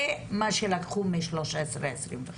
זה מה שלקחו מ-1325.